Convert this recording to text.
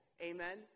Amen